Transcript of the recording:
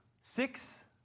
six